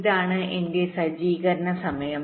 ഇതാണ് എന്റെ സജ്ജീകരണ സമയം